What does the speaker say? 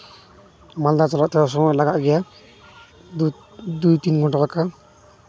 ᱢᱟᱞᱫᱟ ᱪᱟᱞᱟᱜ ᱛᱮ ᱥᱚᱢᱚᱭ ᱞᱟᱜᱟᱜ ᱜᱮᱭᱟ ᱫᱩ ᱛᱤᱱ ᱜᱷᱚᱱᱴᱟ ᱞᱮᱠᱟ